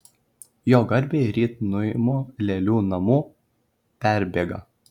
jo garbei ryt nuimu lėlių namų perbėgą